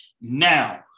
Now